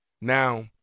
Now